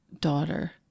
daughter